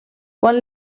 quan